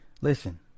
listen